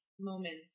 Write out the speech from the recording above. moments